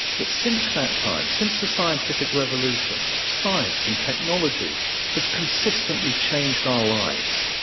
that since that time, since the scientific revolution, science and technology has consistently changed our lives?